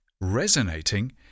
resonating